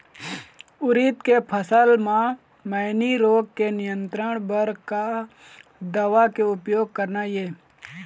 उरीद के फसल म मैनी रोग के नियंत्रण बर का दवा के उपयोग करना ये?